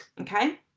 okay